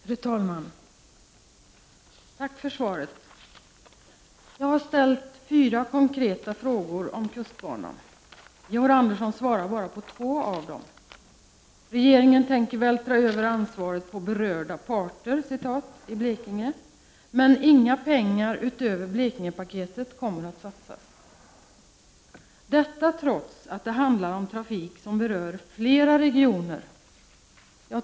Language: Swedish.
Fru talman! Tack för svaret. Jag har ställt fyra konkreta frågor om kustbanan. Georg Andersson svarar bara på två av dem — regeringen tänker vältra över ansvaret på ”berörda parter” i Blekinge. Men inga pengar utöver ”Blekingepaketet” kommer att satsas, detta trots att det handlar om trafik som berör flera regioner.